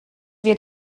wir